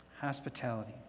hospitality